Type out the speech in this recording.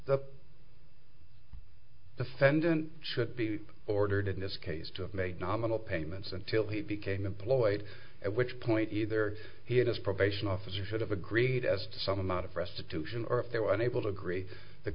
the defendant should be ordered in this case to make nominal payments until he became employed at which point either he had his probation officer should have agreed as to some amount of restitution or if they were unable to agree the